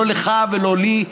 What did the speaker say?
לא לך ולא לי,